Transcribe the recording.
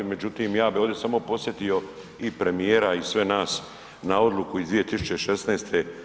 Međutim, ja bi ovdje samo podsjetio i premijera i sve nas na odluku iz 2016.